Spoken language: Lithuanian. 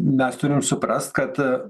mes turim suprast kad